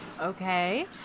Okay